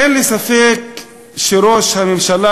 אין לי ספק שראש הממשלה,